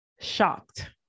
shocked